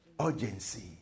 Urgency